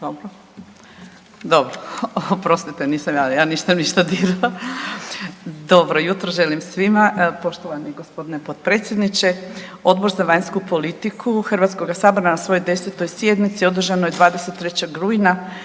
Dobro, nisam ja, ja ništa nisam dirala. Dobro jutro želim svima poštovani g. potpredsjedniče. Odbor za vanjsku politiku HS na svojoj 10. sjednici održanoj 23. rujna